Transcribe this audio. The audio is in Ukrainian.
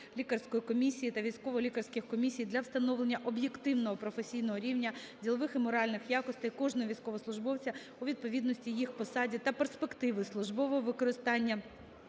Військово-лікарської комісії та Військово-лікарських комісій для встановлення об'єктивного професійного рівня, ділових і моральних якостей кожного військовослужбовця у відповідності їх посаді та перспективи службового використання